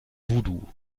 voodoo